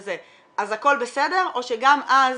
אז הכול בסדר או שגם אז